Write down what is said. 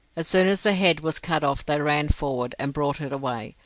as soon as a head was cut off they ran forward, and brought it away,